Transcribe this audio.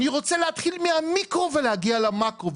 אני רוצה להתחיל מהמיקרו ולהגיע למקרו,